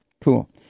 Cool